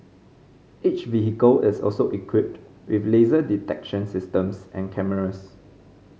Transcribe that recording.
each vehicle is also equipped with laser detection systems and cameras